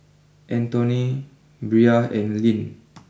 Antone Brea and Lynn